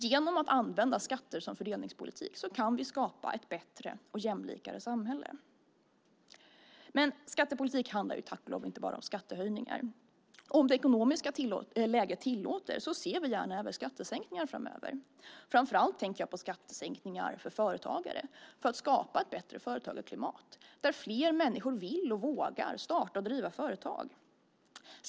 Genom att använda skatter som ett fördelningspolitiskt medel kan vi skapa ett bättre och jämlikare samhälle. Men skattepolitik handlar tack och lov inte bara om skattehöjningar. Om det ekonomiska läget tillåter ser vi gärna även skattesänkningar framöver. Framför allt tänker jag på skattesänkningar för företagare, för att skapa ett bättre företagarklimat där fler människor vill och vågar starta och driva företag.